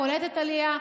קולטת עלייה,